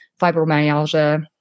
fibromyalgia